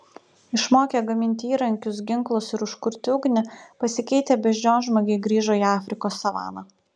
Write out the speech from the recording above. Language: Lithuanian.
išmokę gaminti įrankius ginklus ir užkurti ugnį pasikeitę beždžionžmogiai grįžo į afrikos savaną